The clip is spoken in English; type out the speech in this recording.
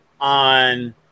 on